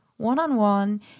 one-on-one